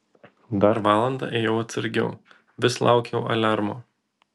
dar valandą ėjau atsargiau vis laukiau aliarmo